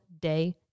day